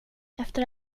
efter